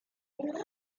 uno